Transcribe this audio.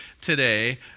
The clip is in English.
today